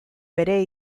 bere